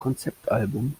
konzeptalbum